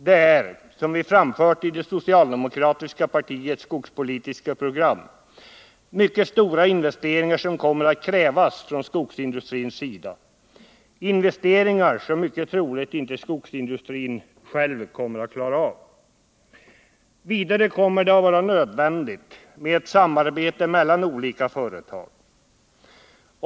Det är, som vi anfört i det socialdemokratiska partiets skogspolitiska program, mycket stora investeringar som kommer att krävas från skogsindustrins sida, investeringar som det är mycket troligt att inte skogsindustrin själv kommer att klara av. Vidare kommer det att vara nödvändigt med ett samarbete mellan olika företag.